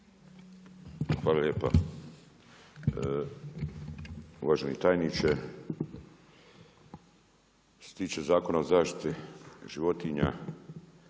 Hvala lijepa. Uvaženi tajniče. Što se tiče Zakona o zaštiti životinja,